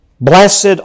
Blessed